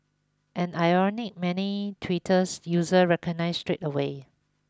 an irony many Twitter users recognised straight away